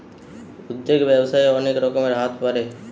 উদ্যোগ ব্যবসায়ে অনেক রকমের হতে পারে